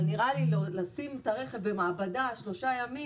נראה לי שלשים את הרכב במעבדה במשך שלושה ימים,